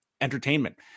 Entertainment